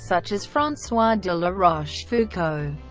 such as francois de la rochefoucauld.